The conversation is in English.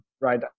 right